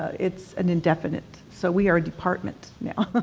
it's an indefinite, so we are a department now.